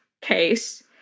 case